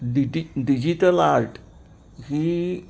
dt digital art he